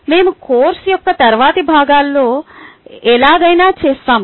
మేము కోర్సు యొక్క తరువాతి భాగాలలో ఎలాగైనా చేస్తాము